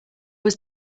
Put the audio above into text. was